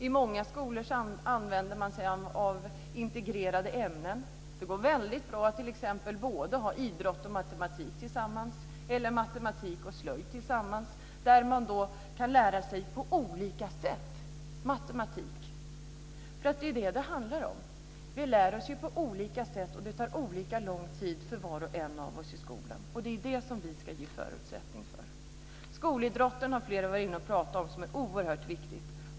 I många skolor använder man sig av integrerade ämnen. Det går väldigt bra att ha t.ex. idrott och matematik tillsammans eller matematik och slöjd tillsammans där man kan lära sig på olika sätt matematik. Det är vad det handlar om. Vi lär oss ju på olika sätt, och det tar olika lång tid för var och en av oss i skolan. Det är det vi ska ge förutsättningar för. Skolidrotten har flera varit inne på. Det är oerhört viktigt.